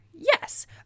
Yes